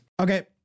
Okay